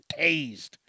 tased